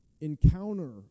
encounter